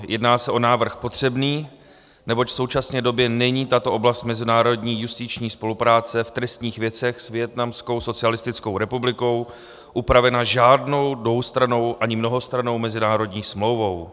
Jedná se o návrh potřebný, neboť v současné době není tato oblast mezinárodní justiční spolupráce v trestních věcech s Vietnamskou socialistickou republikou upravena žádnou dvoustrannou ani mnohostrannou mezinárodní smlouvou.